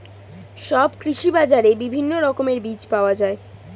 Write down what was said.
সব কৃষি বাজারে বিভিন্ন রকমের বীজ পাওয়া যায়